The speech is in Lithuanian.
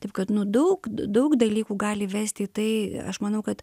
taip kad nu daug daug dalykų gali vest į tai aš manau kad